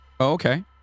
okay